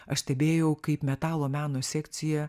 aš stebėjau kaip metalo meno sekcija